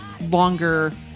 longer